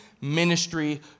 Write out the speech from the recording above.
ministry